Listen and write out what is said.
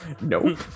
Nope